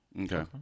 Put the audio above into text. Okay